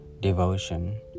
devotion